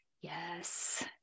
yes